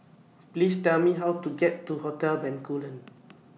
Please Tell Me How to get to Hotel Bencoolen